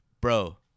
Bro